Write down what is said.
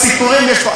סיפורים יש פה,